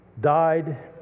died